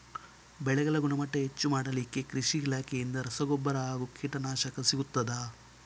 ಬೆಳೆಗಳ ಗುಣಮಟ್ಟ ಹೆಚ್ಚು ಮಾಡಲಿಕ್ಕೆ ಕೃಷಿ ಇಲಾಖೆಯಿಂದ ರಸಗೊಬ್ಬರ ಹಾಗೂ ಕೀಟನಾಶಕ ಸಿಗುತ್ತದಾ?